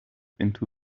into